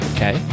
Okay